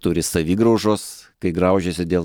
turi savigraužos kai graužiasi dėl